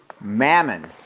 Mammon